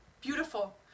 Beautiful